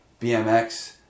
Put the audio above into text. BMX